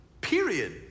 Period